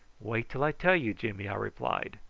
wait till i tell you, jimmy, i replied.